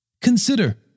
Consider